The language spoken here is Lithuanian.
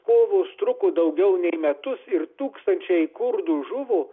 kovos truko daugiau nei metus ir tūkstančiai kurdų žuvo